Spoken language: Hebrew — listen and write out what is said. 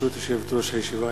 ברשות יושבת-ראש הישיבה,